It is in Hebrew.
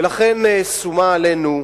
לכן שומה עלינו,